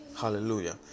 hallelujah